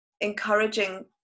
encouraging